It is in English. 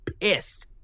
pissed